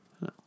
No